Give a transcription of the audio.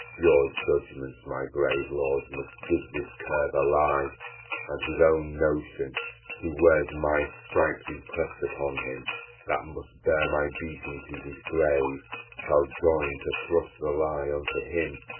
your judgments, my grave lords, must give this cur the lie and his own notion who wears my stripes impress'd upon him that must bear my beating to his grave shall join to thrust the lie unto him.